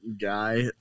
guy